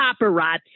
paparazzi